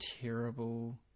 terrible